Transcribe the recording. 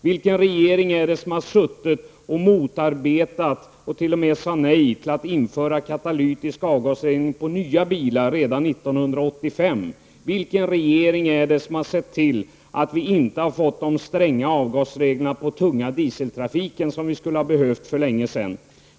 Vilken regering är det som har motarbetat -- och t.o.m. sagt nej till -- införande av katalytisk avgasrening på nya bilar redan 1985? Vilken regering är det som har sett till att vi inte har fått de stränga avgasregler för den tunga dieseltrafiken som vi skulle ha behövt för länge sedan?